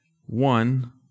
One